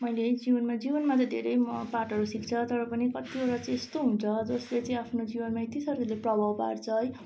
मैले जीवनमा जीवनमा त धेरै म पाठहरू सिक्छ तर पनि कत्तिवटा चाहिँ यस्तो हुन्छ जसले चाहिँ आफ्नो जीवनमा यति साह्रो चाहिँ प्रभाव पार्छ है